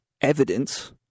evidence